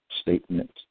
statement